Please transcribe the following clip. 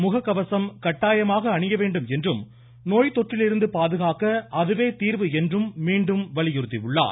முகக்கவசம் கட்டாயமாக அணிய வேண்டும் என்றும் நோய் தொற்றிலிருந்து பாதுகாக்க அதுவே தீர்வாகும் என்றும் மீண்டும் வலியுறுத்தியுள்ளார்